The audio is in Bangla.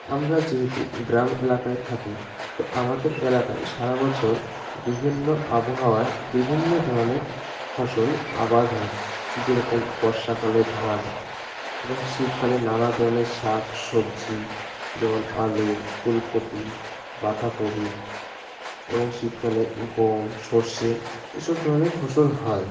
আমরা যেহেতু গ্রাম এলাকায় থাকি তো আমাদের এলাকায় সারা বছর বিভিন্ন আবহাওয়ায় বিভিন্ন ধরনের ফসল আবাদ হয় যেরকম বর্ষাকালে ধান এবং শীতকালে নানা ধরনের শাক সবজি যেমন আলু ফুলকপি বাঁধাকপি এবং শীতকালে গম সরষে এসব ধরনের ফসল হয়